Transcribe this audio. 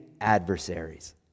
adversaries